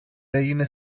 έγινε